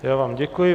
Já vám děkuji.